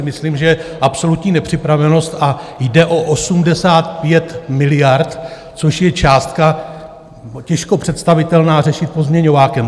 Myslím si, že to je absolutní nepřipravenost, a jde o 85 miliard, což je částka těžko představitelná, řešit pozměňovákem.